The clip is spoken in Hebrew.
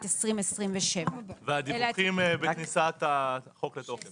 2027. והדיווחים בכניסת החוק לתוקף.